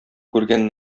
күргән